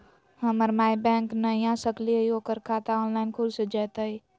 हमर माई बैंक नई आ सकली हई, ओकर खाता ऑनलाइन खुल जयतई?